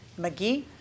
McGee